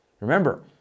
Remember